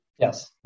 Yes